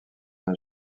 d’un